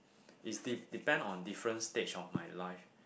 it's de~ depend on different stage of my life